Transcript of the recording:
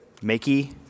Makey